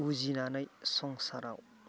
उजिनानै संसाराव